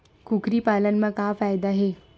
कुकरी पालन म का फ़ायदा हे?